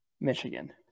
Michigan